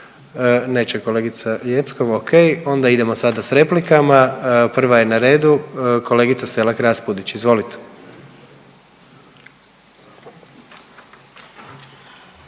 Neće kolegica Jeckov, o.k. Onda idemo sada sa replikama. Prva je na redu kolegica Selak Raspudić, izvolite.